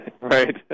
Right